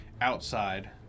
outside